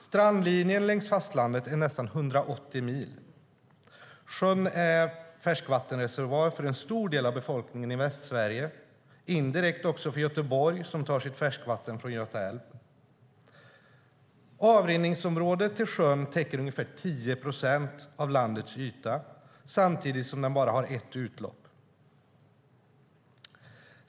Strandlinjen längs fastlandet är nästan 180 mil lång. Sjön är färskvattenreservoar för en stor del av befolkningen i Västsverige, indirekt också för Göteborg som tar sitt färskvatten från Göta älv. Avrinningsområdet täcker ungefär 10 procent av landets yta samtidigt som sjön bara har ett utlopp.